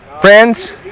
Friends